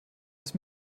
ist